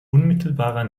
unmittelbarer